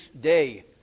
day